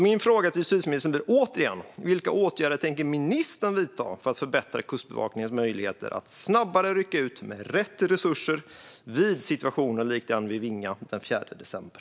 Min fråga till justitieministern blir därför återigen: Vilka åtgärder tänker ministern vidta för att förbättra Kustbevakningens möjligheter att snabbare rycka ut med rätt resurser vid situationer likt den vid Vinga den 4 december?